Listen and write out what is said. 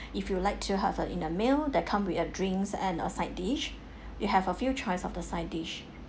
if you'd like to have a in a meal that come with a drinks and a side dish you have a few choice of the side dish